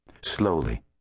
Slowly